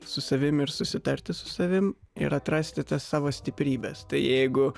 su savim ir susitarti su savim ir atrasti tas savo stiprybes tai jeigu